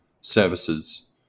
services